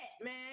man